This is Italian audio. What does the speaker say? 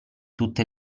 tutte